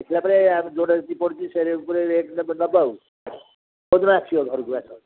ଦେଖିଲା ପରେ ଆମେ ଯୋଉଟା ଯେତିକି ପଡ଼ୁଛି ସେ ଉପରେ ରେଟ୍ ଦେବ ଆଉ ହଉ ତୁମେ ଆସିବ ଘରକୁ ଆସ